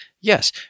Yes